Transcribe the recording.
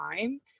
time